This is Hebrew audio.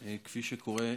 כפי שקורה,